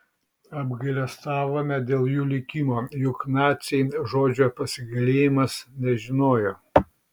apgailestavome dėl jų likimo juk naciai žodžio pasigailėjimas nežinojo